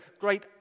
great